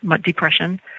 depression